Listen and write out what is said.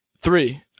Three